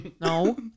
No